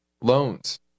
loans